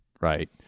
right